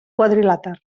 quadrilàter